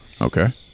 Okay